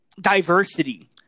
Diversity